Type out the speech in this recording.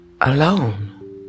alone